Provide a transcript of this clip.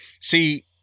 See